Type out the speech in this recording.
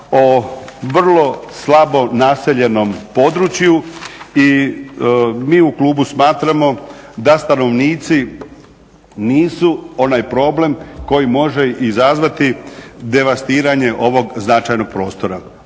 o vrlo slabo naseljenom području i mi u klubu smatramo da stanovnici nisu onaj problem koji može izazvati devastiranje ovog značajnog prostora.